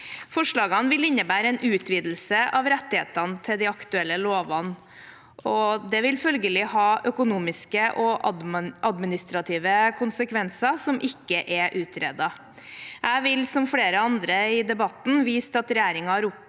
Forslaget vil innebære en utvidelse av rettighetene i de aktuelle lovene, og det vil følgelig ha økonomiske og administrative konsekvenser som ikke er utredet. Jeg vil som flere andre i debatten vise til at regjeringen oppnevnte